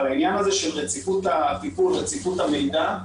אבל העניין הזה של רציפות הטיפול, רציפות המידע,